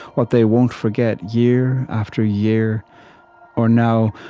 what they won't forget year after year or now.